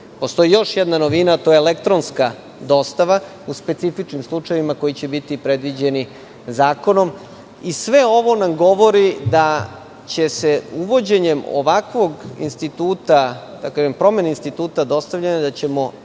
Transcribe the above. Postoji još jedna novina, a to je elektronska dostava, u specifičnim slučajevima koji će biti predviđeni zakonom. Sve ovo nam govori da ćemo uvođenjem ovakvog instituta, promenom instituta dostavljanja, imati